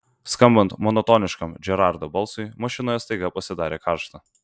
skambant monotoniškam džerardo balsui mašinoje staiga pasidarė karšta